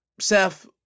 Seth